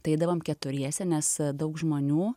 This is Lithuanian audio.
tai eidavom keturiese nes daug žmonių